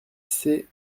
ses